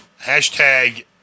Hashtag